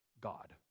God